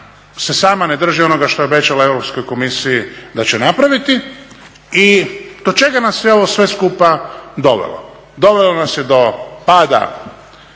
se sama ne drži onoga što je obećala Europskoj komisiji da će napraviti. I do čega nas je ovo sve skupa dovelo? Dovelo nas je do pada